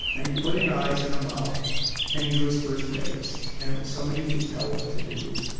and he put in eyes and a mouth and he drew his first face. and it was somebody he could tell what to do.